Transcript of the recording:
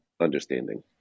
understanding